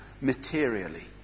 materially